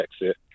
exit